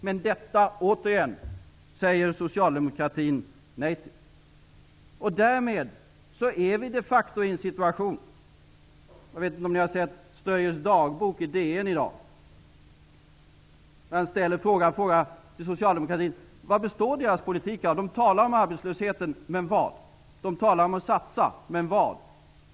Men återigen säger socialdemokratin nej till detta. Därmed är vi de facto i denna situation. Jag vet inte om ni har sett Ströyers dagbok i Dagens Nyheter i dag. Där frågar han vad Socialdemokraternas politik består av. De talar om arbetslösheten, men vad? De talar om att göra satsningar, men vad?